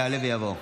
יעלה ויבוא.